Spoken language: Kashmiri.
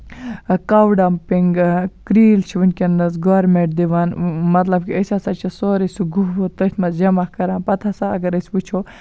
کو ڈَمپِنگ کریٖلۍ چھِ وٕنکٮ۪نَس گورمٮ۪نٹ دِوان مطلب کہِ أسۍ ہَسا چھِ سورُے سُہ گُہہ وُہہ تٔتھۍ مَنز جمع کَران پتہٕ ہَسا اَگر أسۍ وٕچھو